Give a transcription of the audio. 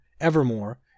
Evermore